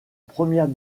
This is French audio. première